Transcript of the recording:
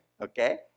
okay